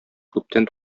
күптән